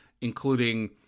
including